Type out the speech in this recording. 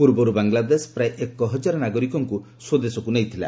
ପୂର୍ବରୁ ବାଂଲାଦେଶ ପ୍ରାୟ ଏକହଜାର ନାଗରିକଙ୍କୁ ସ୍ପଦେଶକୁ ନେଇଥିଲା